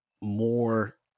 more